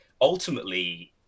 ultimately